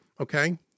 Okay